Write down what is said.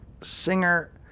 Singer